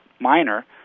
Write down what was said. minor